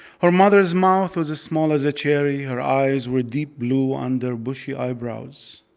her mother's mouth was as small as a cherry, her eyes were deep blue under bushy eyebrows.